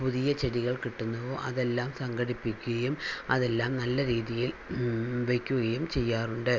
പുതിയ ചെടികൾ കിട്ടുന്നുവോ അതെല്ലാം സംഘടിപ്പിക്കുകയും അതെല്ലാം നല്ല രീതിയിൽ വയ്ക്കുകയും ചെയ്യാറുണ്ട്